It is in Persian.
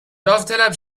داوطلب